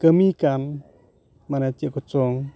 ᱠᱟᱹᱢᱤᱠᱟᱱ ᱢᱟᱱᱮ ᱪᱮᱫ ᱠᱚᱪᱚᱝ